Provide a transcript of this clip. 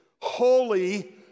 holy